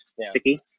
sticky